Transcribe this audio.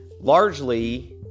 Largely